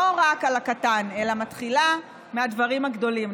לא רק בקטן אלא מתחילה מהדברים הגדולים.